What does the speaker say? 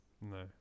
No